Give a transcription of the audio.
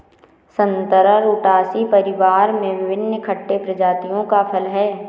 संतरा रुटासी परिवार में विभिन्न खट्टे प्रजातियों का फल है